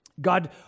God